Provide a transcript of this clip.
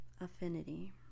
affinity